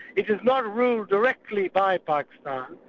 it is not ruled directly by pakistan,